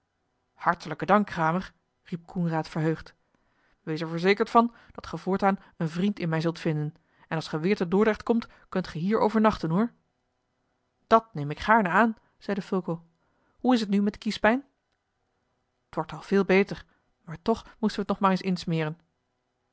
hartelijk dank kramer riep coenraad verheugd wees er verzekerd van dat ge voortaan een vriend in mij zult vinden en als ge weer te dordrecht komt kunt ge hier overnachten hoor dat neem ik gaarne aan zeide fulco hoe is het nu met de kiespijn t wordt al veel beter maar toch moesten we nog maar eens insmeren